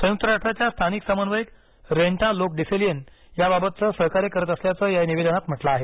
संयुक्त राष्ट्राच्या स्थानिक समन्वयक रेनटा लोक डिसेलिअन याबाबतचं सहकार्य करत असल्याचं या निवेदनांत म्हटलं आहे